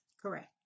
Correct